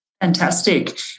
Fantastic